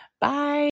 Bye